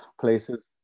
Places